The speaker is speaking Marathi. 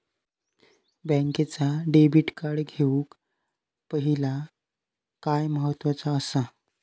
बँकेचा डेबिट कार्ड घेउक पाहिले काय महत्वाचा असा?